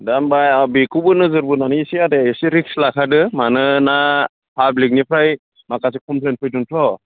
दा होमब्ला बेखौबो नोजोर बोनानै आदाया बेखौ एसे रिक्स लाखादो मानोना पाब्लिक निफ्राय माखासे क'मफ्लेन फैदों थ'